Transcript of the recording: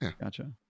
Gotcha